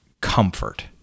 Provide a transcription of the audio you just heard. comfort